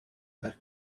are